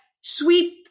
sweep